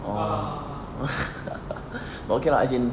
!wah! okay lah as in